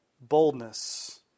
boldness